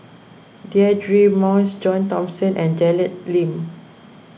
Deirdre Moss John Thomson and Janet Lim